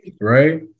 right